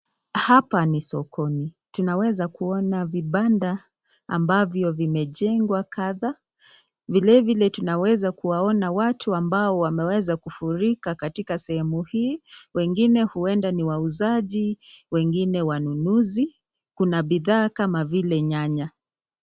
Hapa ni sokoni. Tunaweza kuona vibanda ambavyo vimejengwa kadtha. Vile vile tunaweza kuwaona watu ambao wameweza kufurika katika sehemu hii, wengine huenda ni wauzaji, wengine wanunuzi. Kuna bidhaa kama vile nyanya.